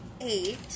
Eight